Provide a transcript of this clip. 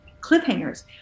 cliffhangers